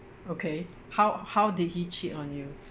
okay how how did he cheat on you